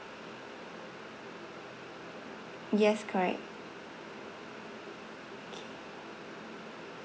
yes correct K